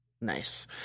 Nice